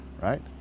right